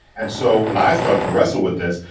and so when i start to wrestle with this,